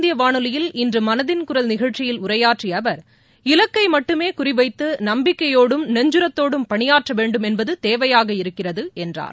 இந்தியவானொலியில் இன்றுமனதின் குரல் நிகழ்ச்சியில் உரையாற்றியஅவர் அகில இலக்கைமட்டுமேகுறிவைத்துறம்பிக்கையோடும் நெஞ்கரத்தோடும் பணியாற்றவேண்டும் என்பதுதேவையாக இருக்கிறதுஎன்றார்